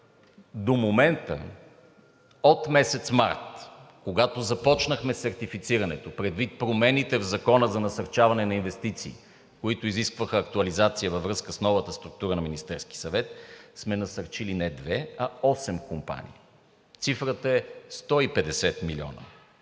До момента от месец март, когато започнахме сертифицирането предвид промени в Закона за насърчаване на инвестициите, които изискваха актуализация във връзка с новата структура на Министерския съвет, сме насърчили не две, а осем компании. Цифрата е 150 милиона,